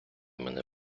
мене